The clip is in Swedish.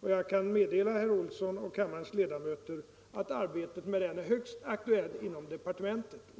Jag kan meddela herr Olsson i Stockholm och kammarens övriga ledamöter att arbetet med den är högst aktuellt inom departementet.